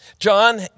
John